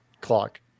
clock